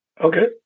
okay